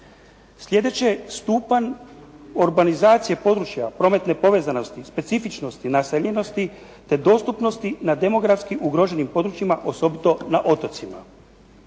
Sljedeće, stupanj urbanizacije područja, prometne povezanosti, specifičnosti naseljenosti te dostupnosti na demografskim ugroženim područjima osobito na otocima.